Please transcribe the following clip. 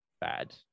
bad